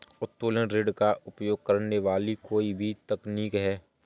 उत्तोलन ऋण का उपयोग करने वाली कोई भी तकनीक है